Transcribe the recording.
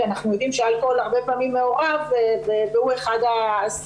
כי אנחנו יודעים שאלכוהול הרבה פעמים מעורב והוא אחד הסמים